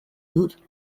dut